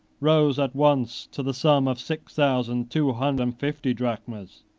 rose at once to the sum of six thousand two hundred and fifty drachms,